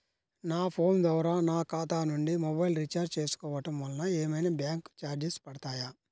నా ఫోన్ ద్వారా నా ఖాతా నుండి మొబైల్ రీఛార్జ్ చేసుకోవటం వలన ఏమైనా బ్యాంకు చార్జెస్ పడతాయా?